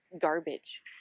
garbage